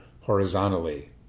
horizontally